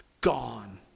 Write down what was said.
Gone